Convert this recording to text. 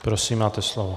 Prosím, máte slovo.